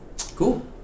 Cool